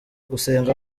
gusenga